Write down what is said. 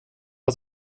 att